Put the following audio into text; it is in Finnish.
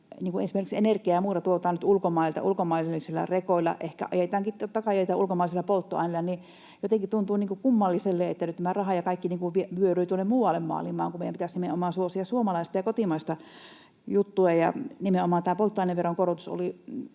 esimerkiksi energiaa ja muuta tuodaan nyt ulkomailta, ulkomaisilla rekoilla ehkä ajetaankin, totta kai, ja ulkomaisilla polttoaineilla, niin jotenkin tuntuu kummalliselta, että nyt tämä raha ja kaikki vyöryy tuonne muualle maailmaan, kun meidän pitäisi nimenomaan suosia suomalaista ja kotimaista juttua. Ja nimenomaan tämä polttoaineveronkorotus,